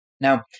Now